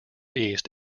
east